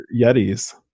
yetis